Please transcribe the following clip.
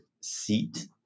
seat